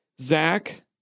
Zach